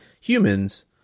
humans